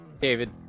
David